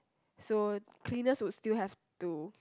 so cleaners would still have to